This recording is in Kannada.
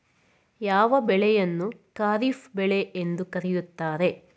ಯಾವ ಬೆಳೆಯನ್ನು ಖಾರಿಫ್ ಬೆಳೆ ಎಂದು ಕರೆಯುತ್ತಾರೆ?